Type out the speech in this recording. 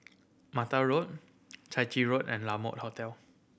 Mata Road Chai Chee Road and La Mode Hotel